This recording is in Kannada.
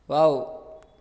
ವಾವ್